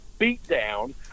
beatdown